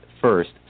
first